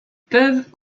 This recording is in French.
peuvent